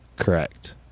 correct